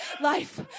life